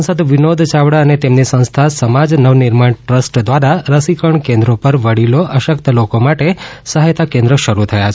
સાંસદ વિનોદ ચાવડા તથા તેમની સંસ્થા સમાજ નવનિર્માણ ટ્રસ્ટ દ્વારા રસીકરણ કેન્દ્રો પર વડીલો અશક્ત લોકો માટે સહાયતા કેન્દ્ર શરૂ કરાયા છે